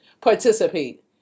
participate